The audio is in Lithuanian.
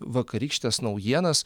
vakarykštes naujienas